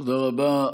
תודה רבה.